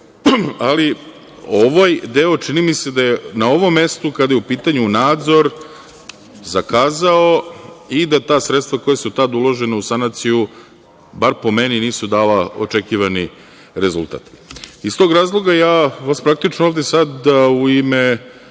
ali ovaj deo, čini mi se, da je na ovom mestu, kada je u pitanju nadzor, zakazao i da ta sredstva koja su tada uložena u sanaciju, bar po meni nisu dala očekivane rezultate. Iz tog razloga ja vas praktično sada u ime